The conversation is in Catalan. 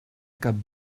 cap